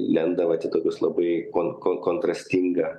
lenda vat į tokius labai labai kon kontrastinga